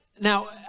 Now